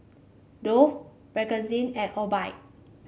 Dove Bakerzin and Obike